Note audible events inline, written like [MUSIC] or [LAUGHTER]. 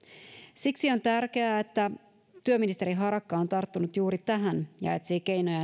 siksi on tärkeää että työministeri harakka on tarttunut juuri tähän ja etsii keinoja [UNINTELLIGIBLE]